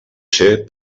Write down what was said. ser